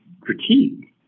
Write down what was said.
critique